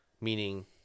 Meaning